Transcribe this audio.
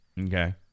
Okay